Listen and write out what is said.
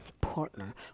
partner